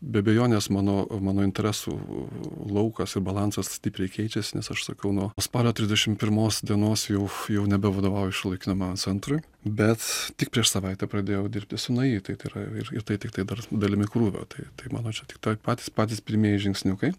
be abejonės mano mano interesų laukas ir balansas stipriai keičiasi nes aš sakau nuo nuo spalio trisdešimt pirmos dienos jau jau nebevadovauju šiuolaikinio meno centrui bet tik prieš savaitę pradėjau dirbti su ni tai tai yra ir tai tikrai dar dalimi krūvio tai tai mano čia tiktai patys patys pirmieji žingsniukai